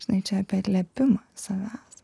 žinai čia apie atliepimą savęs